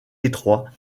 étroit